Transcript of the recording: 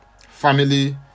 family